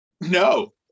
no